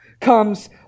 comes